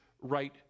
right